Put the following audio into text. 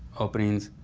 openings,